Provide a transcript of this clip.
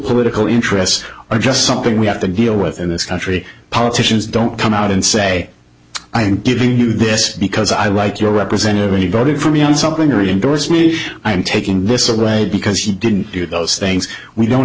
political interests are just something we have to deal with in this country politicians don't come out and say i am giving you this because i like your representative and you voted for me on something or endorsed me and i'm taking this away because he didn't do those things we don't